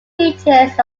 features